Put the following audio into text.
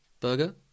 burger